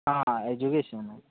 आं एज्युकेशनान